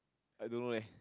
I don't know leh